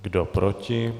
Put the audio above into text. Kdo proti?